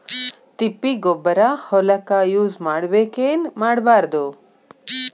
ತಿಪ್ಪಿಗೊಬ್ಬರ ಹೊಲಕ ಯೂಸ್ ಮಾಡಬೇಕೆನ್ ಮಾಡಬಾರದು?